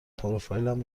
پروفایلم